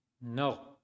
No